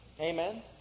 Amen